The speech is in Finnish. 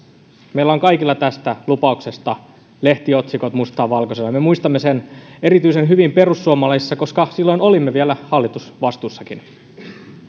meillä on kaikilla tästä lupauksesta lehtiotsikot mustaa valkoisella me muistamme sen erityisen hyvin perussuomalaisissa koska silloin olimme vielä hallitusvastuussakin